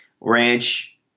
ranch